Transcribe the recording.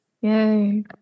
Yay